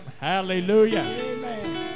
Hallelujah